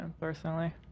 personally